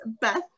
Beth